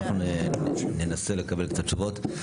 אנחנו ננסה לקבל קצת תשובות.